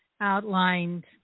outlined